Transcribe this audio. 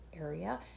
area